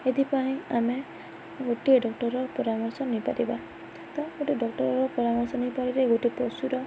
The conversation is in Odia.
ଏଥିପାଇଁ ଆମେ ଗୋଟିଏ ଡକ୍ଟର୍ର ପରାମର୍ଶ ନେଇପାରିବା ତ ଗୋଟେ ଡକ୍ଟର୍ର ପରାମର୍ଶ ନେଇପାରେ ଗୋଟେ ପଶୁର